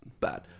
bad